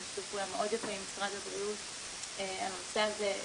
היה לנו שיתוף פעולה מאוד יפה עם משרד הבריאות על הנושא הזה,